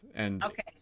Okay